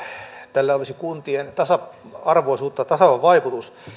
tällä olisi kuntien tasa arvoisuutta tasaava vaikutus